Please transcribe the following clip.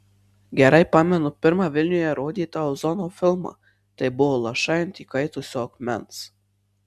gerai pamenu pirmą vilniuje rodytą ozono filmą tai buvo lašai ant įkaitusio akmens